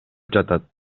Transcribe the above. жатат